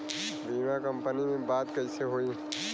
बीमा कंपनी में बात कइसे होई?